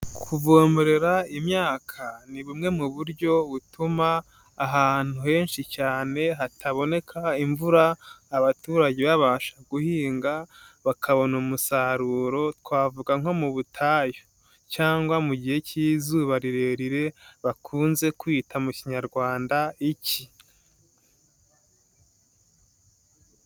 kuvomerera imyaka ni bumwe mu buryo butuma ahantu henshi cyane hataboneka imvura, abaturage babasha guhinga bakabona umusaruro, twavuga nko mu butayu cyangwa mu gihe cy'izuba rirerire bakunze kwita mu kinyarwanda icyi.